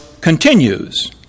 continues